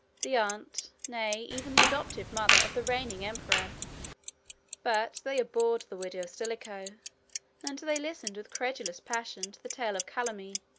the aunt, nay, even the adoptive mother, of the reigning emperor but they abhorred the widow of stilicho and they listened with credulous passion to the tale of calumny,